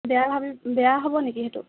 বেয়া বেয়া হ'ব নেকি সেইটো